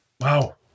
Wow